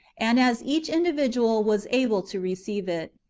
and as each individual was able to receive it.